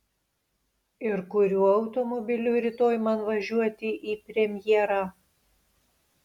ir kuriuo automobiliu rytoj man važiuoti į premjerą